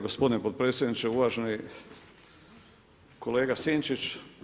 gospodine potpredsjedniče, uvaženi kolega Sinčić.